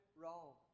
wrong